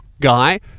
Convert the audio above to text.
guy